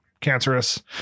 cancerous